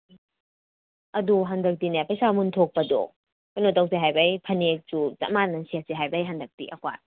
ꯑꯗꯣ ꯍꯟꯗꯛꯇꯤꯅꯦ ꯄꯩꯁꯥ ꯃꯨꯟ ꯊꯣꯛꯄꯗꯣ ꯀꯩꯅꯣ ꯇꯧꯁꯦ ꯍꯥꯏꯕ ꯑꯩ ꯐꯅꯦꯛꯁꯨ ꯆꯞ ꯃꯥꯅꯅ ꯁꯦꯠꯁꯤ ꯍꯥꯏꯕꯩ ꯍꯟꯗꯛꯗꯤ ꯑꯩꯈꯣꯏ